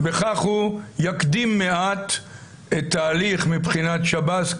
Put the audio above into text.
ובכך הוא יקדים מעט את ההליך מבחינת שב"ס.